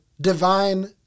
divine